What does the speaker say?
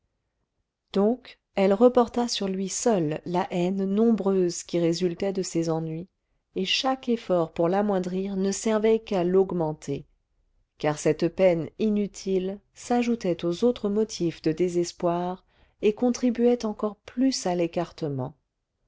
donc elle reporta sur lui seul la haine nombreuse qui résultait de ses ennuis et chaque effort pour l'amoindrir ne servait qu'à l'augmenter car cette peine inutile s'ajoutait aux autres motifs de désespoir et contribuait encore plus à l'écartement